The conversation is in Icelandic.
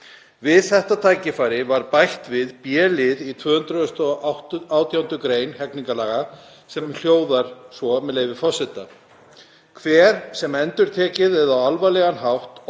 Við þetta tækifæri var bætt við b-lið í 218. gr. hegningarlaga sem hljóðar svo, með leyfi forseta: „Hver sem endurtekið eða á alvarlegan hátt